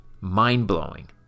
mind-blowing